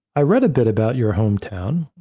i read a bit about your hometown,